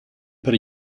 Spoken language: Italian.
per